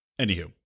Anywho